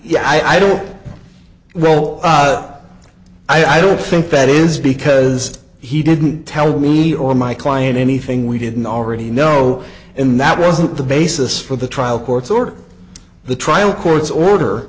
yeah i don't well i don't think that is because he didn't tell me or my client anything we didn't already know and that wasn't the basis for the trial court's order